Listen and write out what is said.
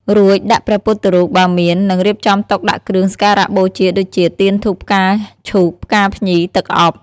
រួចដាក់ព្រះពុទ្ធរូប បើមាន និងរៀបចំតុដាក់គ្រឿងសក្ការៈបូជាដូចជា ទៀន ធូប ផ្កាឈូក ផ្កាភ្ញី ទឹកអប់។